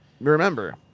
Remember